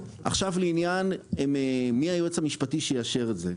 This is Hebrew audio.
לעניין מי היועץ המשפטי שיאשר את זה?